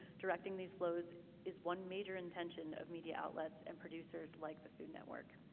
directing these flows is one major intention of media outlets and producers like the food network.